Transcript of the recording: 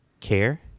care